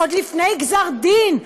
עוד לפני גזר דין,